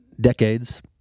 decades